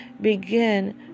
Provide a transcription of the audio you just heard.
begin